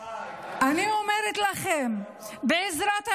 אני אומרת לכם, בעזרת השם,